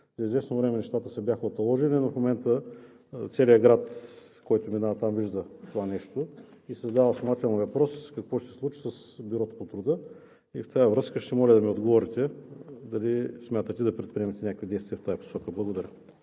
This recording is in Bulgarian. За известно време нещата се бяха уталожили, но в момента целият град, който минава оттам, вижда това нещо и задава основателния въпрос: какво ще се случи с Бюрото по труда? В тази връзка ще Ви моля да ми отговорите дали смятате да предприемете някакви действия в тази посока? Благодаря.